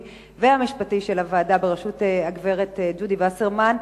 והמשפטי של הוועדה בראשות הגברת ג'ודי וסרמן.